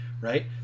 right